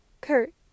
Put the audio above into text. Kurt